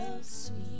sweet